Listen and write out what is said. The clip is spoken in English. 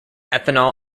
ethanol